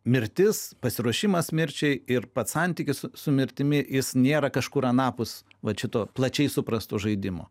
mirtis pasiruošimas mirčiai ir pats santykis su mirtimi jis nėra kažkur anapus vat šito plačiai suprasto žaidimo